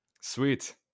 Sweet